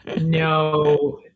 no